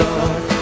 Lord